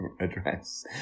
address